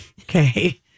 Okay